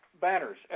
banners